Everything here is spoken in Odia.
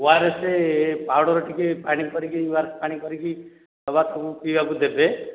ଓ ଆର୍ ଏସ୍ ପାଉଡ଼ର୍ ଟିକେ ପାଣି କରିକି ଓ ଆର୍ ଏସ୍ ପାଣି କରିକି ଦେବାକୁ ପିଇବାକୁ ଦେବେ